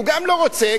הוא גם לא רוצה,